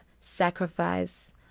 sacrifice